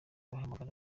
bahamagara